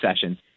session